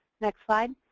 next slide.